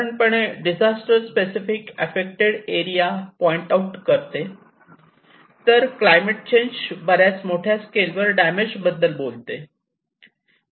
साधारणपणे disaster specific affected area point out करते तर क्लायमेट चेंज बऱ्याच मोठ्या स्केलवर डॅमेज बद्दल बोलते